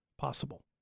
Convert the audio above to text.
possible